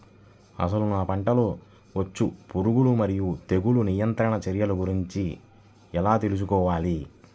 అసలు నా పంటలో వచ్చే పురుగులు మరియు తెగులుల నియంత్రణ చర్యల గురించి ఎలా తెలుసుకోవాలి?